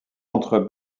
entre